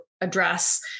address